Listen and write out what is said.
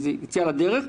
ביציאה לדרך,